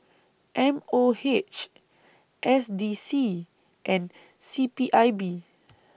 M O H S D C and C P I B